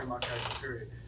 period